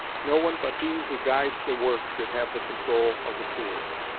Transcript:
no one but he who guides the work, should have the control of the tools.